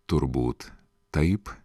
turbūt taip